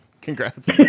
congrats